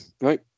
right